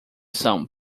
são